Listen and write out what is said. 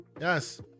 yes